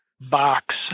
Box